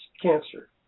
cancer